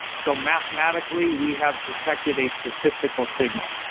so, mathematically we have detected a statistical signal.